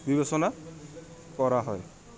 বিবেচনা কৰা হয়